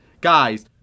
guys